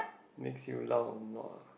makes you lao nua